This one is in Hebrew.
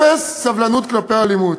אפס סובלנות כלפי אלימות.